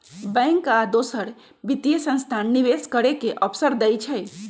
bank आ दोसर वित्तीय संस्थान निवेश करे के अवसर देई छई